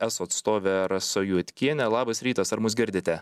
eso atstove rasa juodkiene labas rytas ar mus girdite